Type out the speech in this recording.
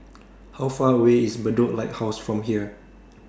How Far away IS Bedok Lighthouse from here